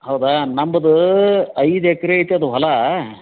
ಹೌದಾ ನಮ್ಮುದು ಐದು ಎಕರೆ ಐತೆ ಅದು ಹೊಲ